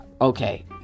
okay